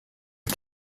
est